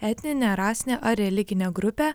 etninę rasinę ar religinę grupę